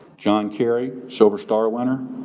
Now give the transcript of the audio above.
john kerry, silver star winner,